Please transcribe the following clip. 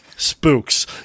Spooks